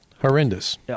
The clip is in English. Horrendous